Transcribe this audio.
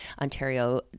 Ontario